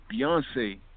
Beyonce